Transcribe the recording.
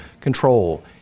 control